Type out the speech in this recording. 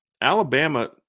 Alabama